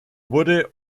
wurde